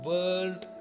World